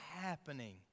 happening